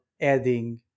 adding